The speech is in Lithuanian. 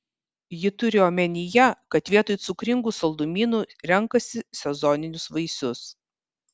ji turi omenyje kad vietoj cukringų saldumynų renkasi sezoninius vaisius